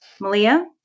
Malia